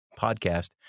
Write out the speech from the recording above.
podcast